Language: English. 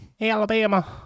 Alabama